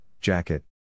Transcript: jacket